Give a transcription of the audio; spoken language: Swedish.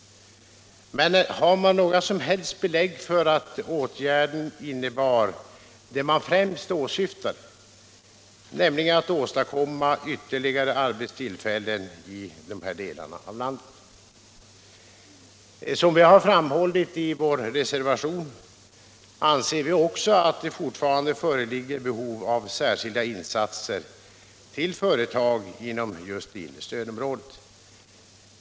Men har man några som helst belägg för att åtgärden innebar det man främst åsyftat, nämligen att åstadkomma ytterligare arbetstillfällen i de här delarna av landet? Som vi har framhållit i vår reservation anser också vi att det föreligger behov av särskilda insatser till företag inom just det inre stödområdet.